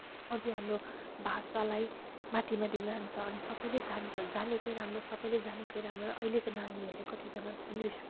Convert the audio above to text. अझै हाम्रो भाषालाई माथि माथि जान्छ अनि सबैले जान्छ जानेकै सबैले जानेकै राम्रो अहिलेको नानीहरूले त कतिजना त इङ्लिस